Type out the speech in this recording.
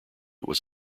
was